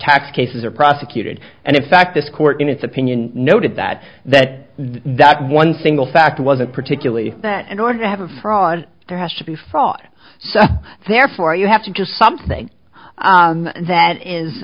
tax cases are prosecuted and in fact this court in its opinion noted that that that one single factor wasn't particularly that in order to have a fraud there has to be fraud so therefore you have to just something that is